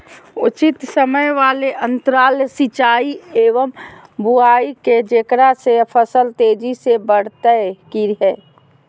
उचित समय वाले अंतराल सिंचाई एवं बुआई के जेकरा से फसल तेजी से बढ़तै कि हेय?